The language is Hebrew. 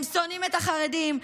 הם שונאים את החרדים,